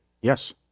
Yes